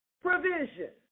provision